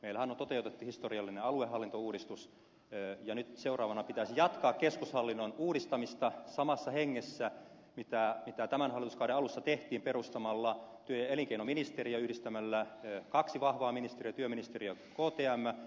meillähän on toteutettu historiallinen aluehallintouudistus ja nyt seuraavana pitäisi jatkaa keskushallinnon uudistamista samassa hengessä kuin missä tämän hallituskauden alussa perustettiin työ ja elinkeinoministeriö yhdistämällä kaksi vahvaa ministeriötä työministeriö ja ktm